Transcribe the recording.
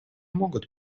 могут